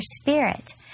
spirit